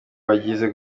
bagize